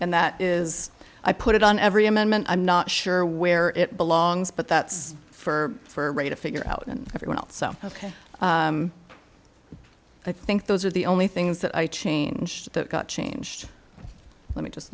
and that is i put it on every amendment i'm not sure where it belongs but that's for ray to figure out and everyone else so ok i think those are the only things that i changed that got changed let me just